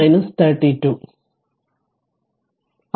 അതിനർത്ഥം ഞാൻ ഇതു മായ്ക്കട്ടെ